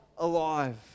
alive